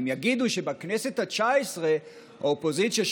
הם יגידו שבכנסת התשע-עשרה האופוזיציה,